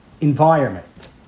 environment